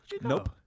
Nope